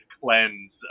cleanse